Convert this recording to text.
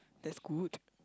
that's good